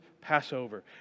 Passover